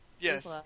Yes